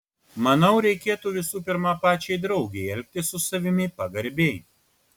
manau reikėtų visų pirma pačiai draugei elgtis su savimi pagarbiai